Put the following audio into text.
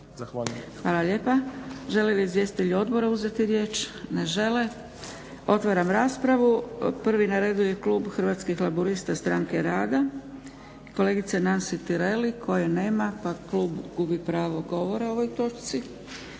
Dragica (SDP)** Žele li izvjestitelji odbora uzeti riječ? Ne žele. Otvaram raspravu. Prvi na redu je klub Hrvatskih laburista-Stranke rada i kolegica Nansi Tireli koje nema pa klub gubi pravo govora o ovoj točci.